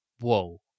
Whoa